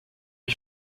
ich